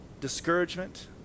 discouragement